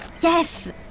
Yes